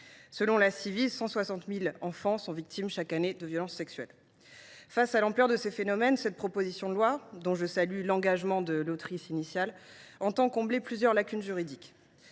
Selon la Ciivise, 160 000 enfants sont victimes chaque année de violences sexuelles. Face à l’ampleur de ces phénomènes, cette proposition de loi – je salue l’engagement de son autrice – vise à combler plusieurs lacunes juridiques.